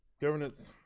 governance,